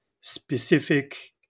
specific